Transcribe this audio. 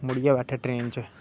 मुड़ियै बैठै ट्रेन च